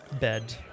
bed